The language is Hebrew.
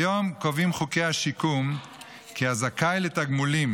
כיום קובעים חוקי השיקום כי הזכאי לתגמולים